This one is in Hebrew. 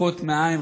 רחוקות מהעין,